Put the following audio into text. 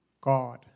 God